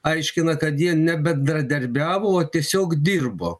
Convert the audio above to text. aiškina kad jie ne bendradarbiavo o tiesiog dirbo